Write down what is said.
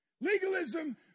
Legalism